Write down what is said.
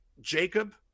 Jacob